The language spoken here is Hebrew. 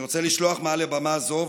אני רוצה לשלוח מעל לבמה זו,